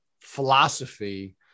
philosophy